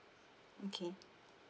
okay